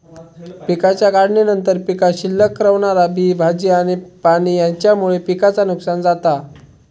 पिकाच्या काढणीनंतर पीकात शिल्लक रवणारा बी, भाजी आणि पाणी हेच्यामुळे पिकाचा नुकसान जाता